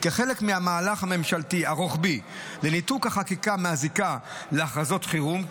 כחלק מהמהלך הממשלתי הרוחבי לניתוק החקיקה מהזיקה להכרזות חירום,